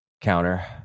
counter